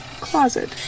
closet